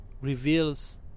reveals